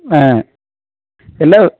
ஆ இல்லை